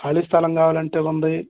ఖాళీ స్థలం కావాలంటే ఉంది